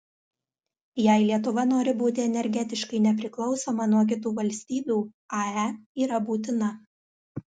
jei lietuva nori būti energetiškai nepriklausoma nuo kitų valstybių ae yra būtina